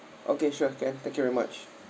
okay sure can thank you very much